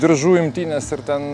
diržų imtynės ir ten